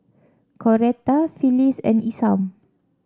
Coretta Phillis and Isam